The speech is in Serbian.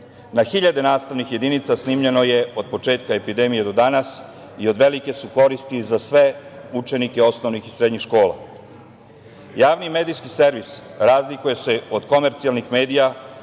Na hiljade nastavnih jedinica snimljeno je od početka epidemije do danas i od velike su koristi za sve učenice osnovnih i srednjih škola. Javni medijski servis razlikuje se od komercijalnih medija